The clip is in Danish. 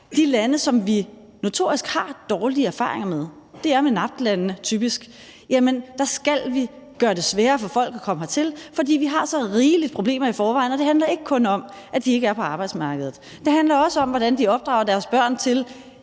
de lande, som vi notorisk har dårlige erfaringer med – det er typisk MENAPT-landene – skal vi gøre det sværere for folk at komme hertil, fordi vi har så rigeligt med problemer i forvejen, og det handler ikke kun om, at de ikke er på arbejdsmarkedet. Det handler også om, hvordan de opdrager deres børn til